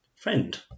friend